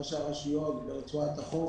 ראשי הרשויות ברצועת החוף.